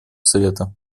совета